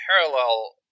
parallel